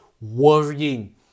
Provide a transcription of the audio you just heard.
worrying